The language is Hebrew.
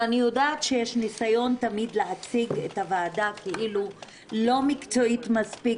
ואני יודעת שיש ניסיון תמיד להציג את הוועדה כאילו היא לא מקצועית מספיק